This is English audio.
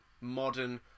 modern